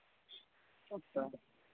अच्छा